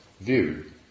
view